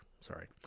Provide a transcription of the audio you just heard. sorry